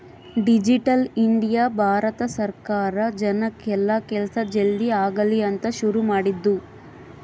digital India Bharat ಸರ್ಕಾರ ಜನಕ್ ಎಲ್ಲ ಕೆಲ್ಸ ಜಲ್ದೀ ಆಗಲಿ ಅಂತ ಶುರು ಮಾಡಿದ್ದು